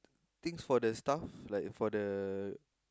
things for the stuff like for the